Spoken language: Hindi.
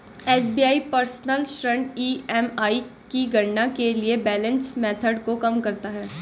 एस.बी.आई पर्सनल ऋण ई.एम.आई की गणना के लिए बैलेंस मेथड को कम करता है